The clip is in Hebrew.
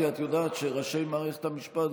כי את יודעת שראשי מערכת המשפט,